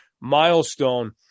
milestone